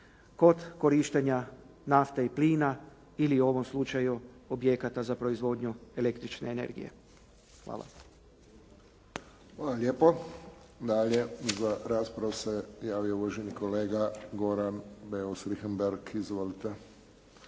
kod korištenja nafte i plina ili u ovom slučaju objekata za proizvodnju električne energije. Hvala. **Friščić, Josip (HSS)** Hvala lijepo. Dalje za raspravu se javio uvaženi kolega Goran Beus Richembergh. Izvolite.